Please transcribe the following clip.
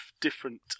different